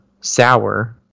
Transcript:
sour